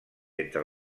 entre